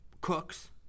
Cooks